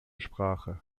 sprache